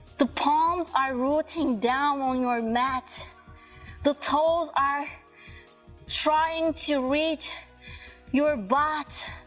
the palms are rooting down on your mat the toes are trying to reach your butt,